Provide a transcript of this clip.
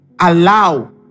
allow